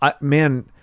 man